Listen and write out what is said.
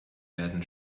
werden